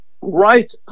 right